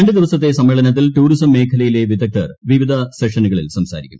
രണ്ട് ദിവസത്തെ സമ്മേളനത്തിൽ ടൂറിസം മേഖലയിലെ വിദഗ്ദ്ധർ വിവിധ സെഷനുകളിൽ സംസാരിക്കും